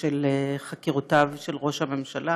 של חקירותיו של ראש הממשלה